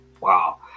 wow